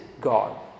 God